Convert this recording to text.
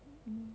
mm